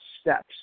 steps